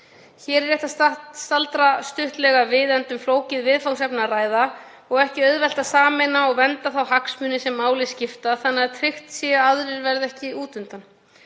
Hér er rétt að staldra stuttlega við enda um flókið viðfangsefni að ræða og ekki auðvelt að sameina og vernda þá hagsmuni sem máli skipta þannig að tryggt sé að aðrir verði ekki út undan.